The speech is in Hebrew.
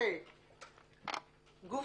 שגוף